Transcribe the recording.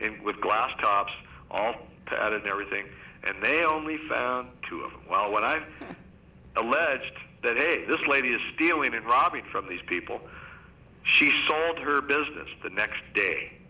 them with glass tops all that in everything and they only found two of them well when i alleged that hey this lady is stealing and robbing from these people she sold her business the next day